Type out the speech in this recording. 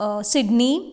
Sydney